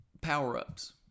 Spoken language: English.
power-ups